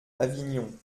avignon